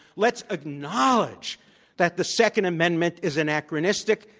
let's acknowledge that the second amendment is anachronistic,